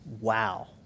Wow